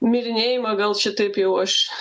mirinėjimą gal čia taip jau aš